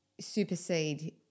supersede